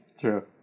True